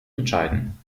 entscheiden